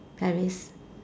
Paris